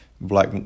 black